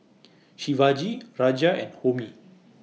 Shivaji Raja and Homi